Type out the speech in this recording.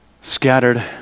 Scattered